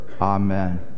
Amen